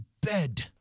bed